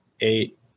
eight